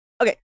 Okay